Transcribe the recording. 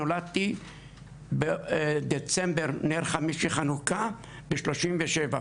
נולדתי בדצמבר, נר חמישי של חנוכה, ב-1937.